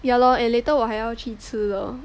ya lor and later 我还要去吃了